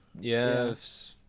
Yes